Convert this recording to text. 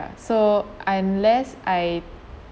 so unless I